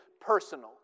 personal